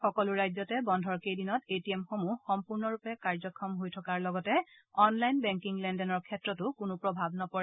সকলো ৰাজ্যতে বন্ধৰ কেইদিনত এ টি এমসমূহ সম্পূৰ্ণৰূপে কাৰ্যক্ষম হৈ থকাৰ লগতে অনলাইন বেংকিং লেনদেনৰ ক্ষেত্ৰত কোনো প্ৰভাৱ নপৰে